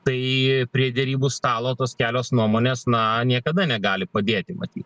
tai prie derybų stalo tos kelios nuomonės na niekada negali padėti matyt